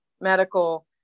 medical